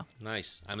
Nice